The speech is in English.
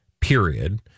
period